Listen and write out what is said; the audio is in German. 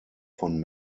von